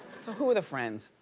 so who are the friends?